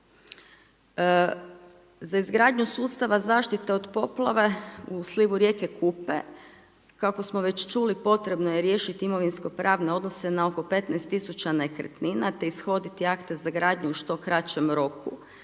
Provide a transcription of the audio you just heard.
Za izgradnju sustava zaštite od poplave u slivu rijeke Kupe, kako već čuli potrebno je riješiti imovinsko-pravne odnose na oko 15.000 nekretnina te ishoditi akte za gradnju u što kraćem roku